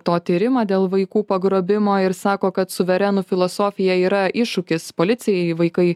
to tyrimą dėl vaikų pagrobimo ir sako kad suvereno filosofija yra iššūkis policijai vaikai